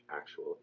actual